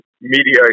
Media